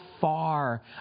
far